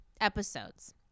episodes